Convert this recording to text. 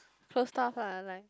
close stuff ah like